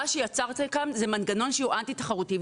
מה שיצרתם כאן זה מנגנון שהוא אנטי תחרותי,